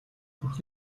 хүрэх